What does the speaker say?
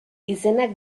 izenak